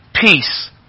peace